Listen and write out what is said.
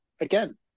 Again